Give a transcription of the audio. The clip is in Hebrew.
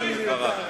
שלא